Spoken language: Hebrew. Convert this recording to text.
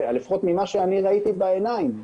לפחות ממה שאני ראיתי בעיניים,